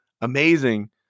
amazing